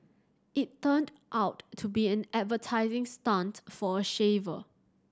it turned out to be an advertising stunt for a shaver